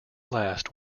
last